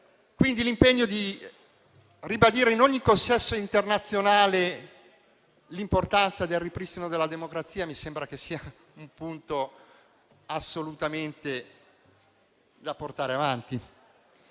L'impegno di ribadire in ogni consesso internazionale l'importanza del ripristino della democrazia mi sembra quindi un punto assolutamente da portare avanti;